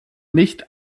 nicht